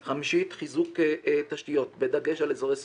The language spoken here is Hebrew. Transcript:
הנושא החמישי הוא חיזוק תשתיות בדגש על אזורי סיכון.